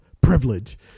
Privilege